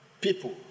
people